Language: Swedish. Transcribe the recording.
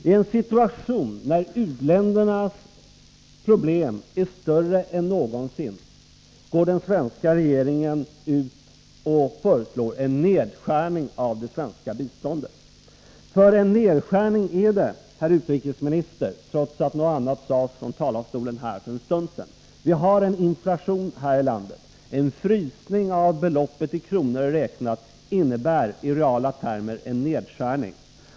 I en situation där u-ländernas problem är större än någonsin går den svenska regeringen ut och föreslår en nedskärning av det svenska biståndet — för en nedskärning är det, herr utrikesminister, trots att något annat sades från talarstolen för en stund sedan. Vi har ju en inflation här i landet. Och en frysning av beloppet i kronor räknat innebär därför i reala termer en nedskärning.